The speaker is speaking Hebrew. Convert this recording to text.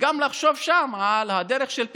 וגם לחשוב שם על דרך של פיצויים.